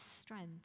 strength